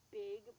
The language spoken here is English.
big